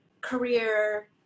career